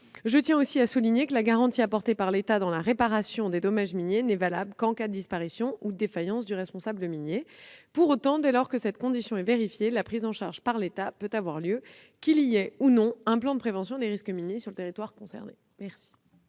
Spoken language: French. Je précise que la garantie apportée par l'État dans la réparation des dommages miniers n'est valable qu'en cas de disparition ou de défaillance du responsable minier. Pour autant, dès lors que cette condition est vérifiée, la prise en charge par l'État peut avoir lieu, qu'il y ait ou non un plan de prévention des risques miniers sur le territoire concerné. La